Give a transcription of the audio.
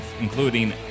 including